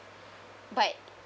but